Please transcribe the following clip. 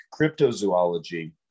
Cryptozoology